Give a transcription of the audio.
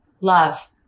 love